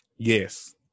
Yes